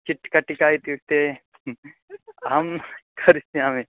चित्कटिका इत्युक्ते अहं करिष्यामि